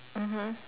mmhmm